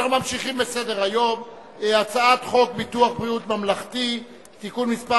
אנחנו ממשיכים בסדר-היום: הצעת חוק ביטוח בריאות ממלכתי (תיקון מס'